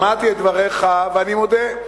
שמעתי את דבריך, ואני מודה,